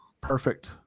Perfect